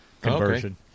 conversion